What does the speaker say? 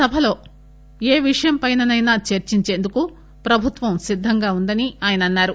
సభలో ఏ విషయంపైసైనా చర్చించేందుకు ప్రభుత్వం సిద్దంగా ఉందని ఆయన అన్నారు